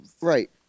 right